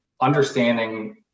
understanding